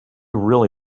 really